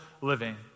living